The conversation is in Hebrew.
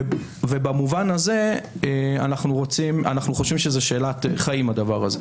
ובמובן הזה אנחנו חושבים שזו שאלת חיים, הדבר הזה.